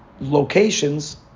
locations